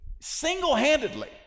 Single-handedly